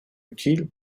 utiles